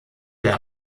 der